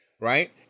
right